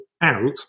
out